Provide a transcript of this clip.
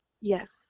Yes